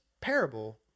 parable